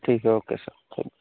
ٹھیک ہے okay sir thank